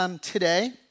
today